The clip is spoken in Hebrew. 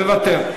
מוותר.